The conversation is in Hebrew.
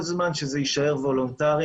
כל זמן שזה יישאר וולונטרי,